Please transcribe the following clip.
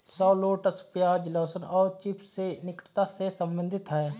shallots प्याज, लहसुन और चिव्स से निकटता से संबंधित है